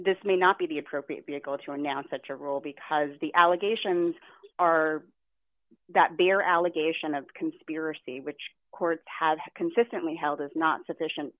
this may not be the appropriate vehicle to announce such a role because the allegations are that bear allegation of conspiracy which courts have consistently held is not sufficient